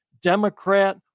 Democrat